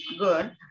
good